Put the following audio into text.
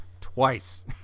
twice